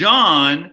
John